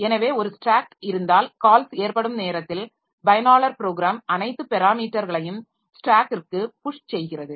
எனவே ஒரு ஸ்டேக் இருந்தால் கால்ஸ் ஏற்படும் நேரத்தில் பயனாளர் ப்ரோக்ராம் அனைத்து பெராமீட்டர்களையும் ஸ்டேக்கிற்கு புஷ் செய்கிறது